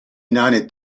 نان